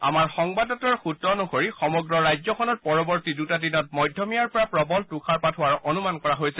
আমাৰ সংবাদদাতাৰ সূত্ৰ অনুসৰি সমগ্ৰ ৰাজ্যখনত পৰৱৰ্তী দুটা দিনত মধ্যমীয়াৰ পৰা প্ৰৱল তুষাৰপাত হোৱাৰ অনুমান কৰা হৈছে